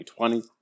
2020